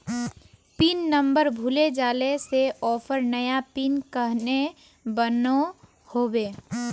Pin number भूले जाले से ऑफर नया पिन कन्हे बनो होबे?